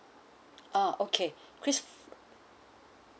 uh okay kris